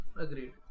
Agreed